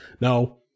Now